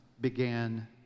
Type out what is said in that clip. began